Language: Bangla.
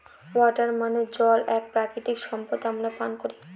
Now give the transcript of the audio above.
ওয়াটার মানে জল এক প্রাকৃতিক সম্পদ আমরা পান করি